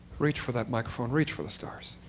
reach for that microphone. reach for the stars.